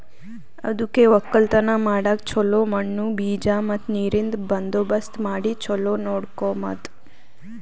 ಅದುಕೆ ಒಕ್ಕಲತನ ಮಾಡಾಗ್ ಚೊಲೋ ಮಣ್ಣು, ಬೀಜ ಮತ್ತ ನೀರಿಂದ್ ಬಂದೋಬಸ್ತ್ ಮಾಡಿ ಚೊಲೋ ನೋಡ್ಕೋಮದ್